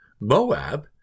Moab